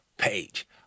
page